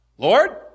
Lord